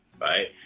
Right